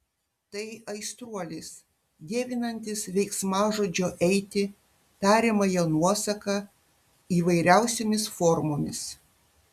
tai aistruolis dievinantis veiksmažodžio eiti tariamąją nuosaką įvairiausiomis formomis